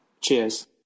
Cheers